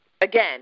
again